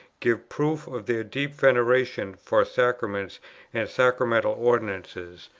give proof of their deep veneration for sacraments and sacramental ordinances,